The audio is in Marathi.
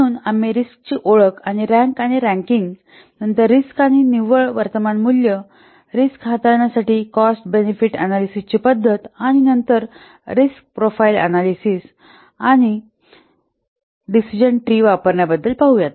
म्हणून आम्ही रिस्कची ओळख आणि रँक आणि रँकिंग नंतर रिस्क आणि निव्वळ वर्तमान मूल्य रिस्क हाताळण्यासाठी कॉस्ट बेनिफिट अन्यालीसीसची पद्धत आणि नंतर रिस्क प्रोफाइल अनॅलिसिस आणि निर्णय घेणारी डिसिजन ट्री वापरण्याबद्दल पाहू